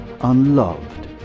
unloved